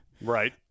Right